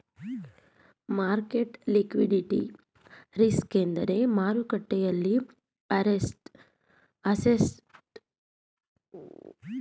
market liquidity risk ಎಂದರೆ ಮಾರುಕಟ್ಟೆಯಲ್ಲಿ assets ಗಳನ್ನು ಮಾರಲಾಗದ ಪರಿಸ್ಥಿತಿ ಉಂಟಾಗುವುದು ಆಗಿದೆ